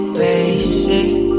basic